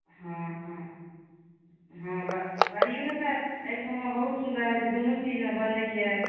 हॅं बड़ीयो तऽ एहिठमा बहुत सुन्दर होइ छै दुनू चीजमे बनैया